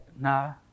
no